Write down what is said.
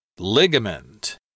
ligament